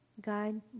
God